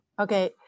Okay